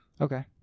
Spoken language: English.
okay